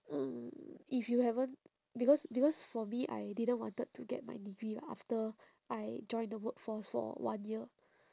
mm if you haven't because because for me I didn't wanted to get my degree after I joined the workforce for one year